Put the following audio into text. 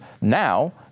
now